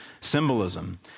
symbolism